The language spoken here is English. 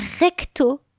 recto